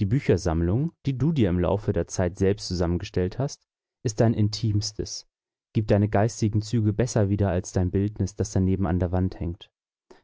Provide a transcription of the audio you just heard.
die büchersammlung die du dir im laufe der zeit selbst zusammengestellt hast ist dein intimstes gibt deine geistigen züge besser wieder als dein bildnis das daneben an der wand hängt